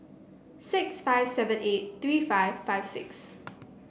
six five seven eight three five five six